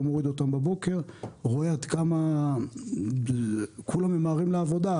מוריד אותם בבוקר רואה עד כמה כולם ממהרים לעבודה,